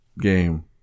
game